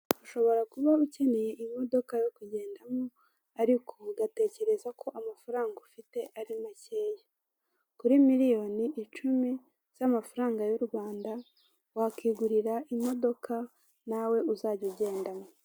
Ushobora kuba ukeneye imodoka yo kugendamo ariko ugatekereza ko amafaranga ufite ari makeya, kuri miliyoni icumi z'amafaranga y'u Rwanda wakwigurira imodoka nawe uzajya ugendamo.